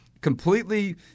completely